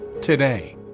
today